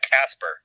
Casper